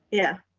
yeah,